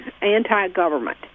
anti-government